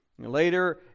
Later